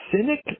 Cynic